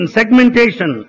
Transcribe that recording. segmentation